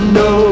no